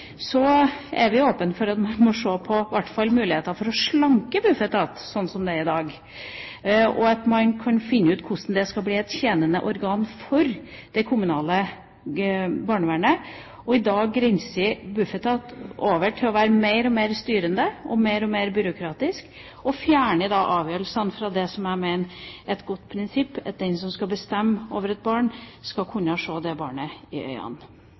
er vi åpne for å se på i hvert fall muligheten for å slanke Bufetat, slik som Bufetat er i dag, og at man kan finne ut hvordan det skal bli et tjenende organ for det kommunale barnevernet. I dag grenser Bufetat til å være mer og mer styrende og mer og mer byråkratisk og fjerner da avgjørelsene fra det som jeg mener er et godt prinsipp, at den som skal bestemme over et barn, skal kunne se det barnet i øynene. Det andre som vi ser på som en